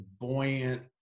buoyant